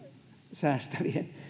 säästävien